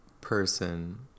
person